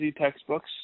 textbooks